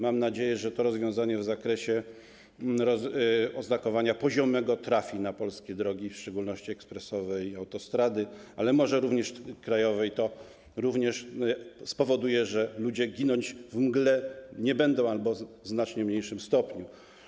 Mam nadzieję, że to rozwiązanie w zakresie oznakowania poziomego trafi na polskie drogi, w szczególności ekspresowe i autostrady, ale może też krajowe - i to również spowoduje, że ludzie nie będą ginąć we mgle albo w znacznie mniejszym stopniu.